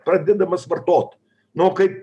pradedamas vartot nu o kaip